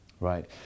Right